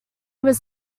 was